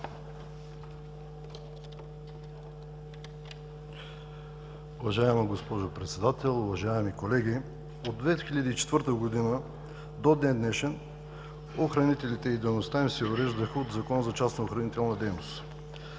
Уважаема госпожо Председател, уважаеми колеги! От 2004 г. до ден днешен охранителите и дейността им си върви в Закон за частна охранителна дейност,